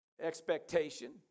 expectation